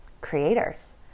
creators